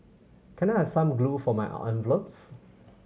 can I have some glue for my envelopes